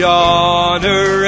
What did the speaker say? honor